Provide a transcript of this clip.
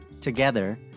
Together